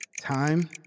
Time